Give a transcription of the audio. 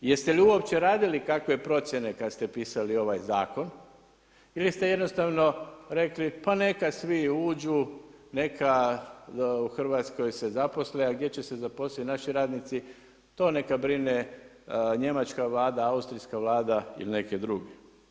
Jeste li uopće radili kakve procjene kad ste pisali ovaj zakon ili ste jednostavno rekli pa neka svi uđu, neka u Hrvatskoj se zaposle, a gdje će se zaposliti naši radnici, to neka brine njemačka Vlada, austrijska Vlada ili neke druge?